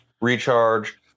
Recharge